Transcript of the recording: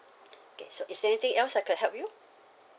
okay so is there anything else I could help you